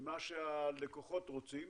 ממה שהלקוחות רוצים.